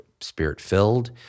spirit-filled